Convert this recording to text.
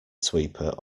sweeper